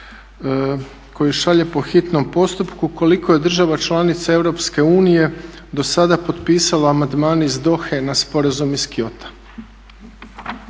koji šalje po hitnom postupku koliko je država članica EU do sada potpisalo amandmane iz Dohe na Sporazum iz Kyota.